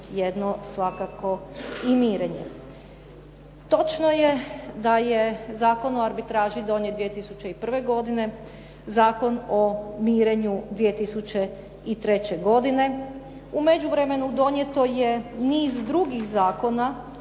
jedno svakako i mirenje. Točno je da je Zakon o arbitraži donijet 2001. godine, Zakon o mirenju 2003. godine. U međuvremenu donijeto je niz drugih zakona